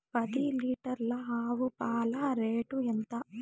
పది లీటర్ల ఆవు పాల రేటు ఎంత?